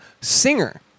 singer